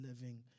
living